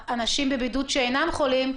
האנשים בבידוד שאינם חולים.